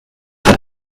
hat